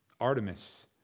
Artemis